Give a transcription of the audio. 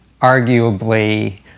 arguably